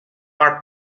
are